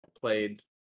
Played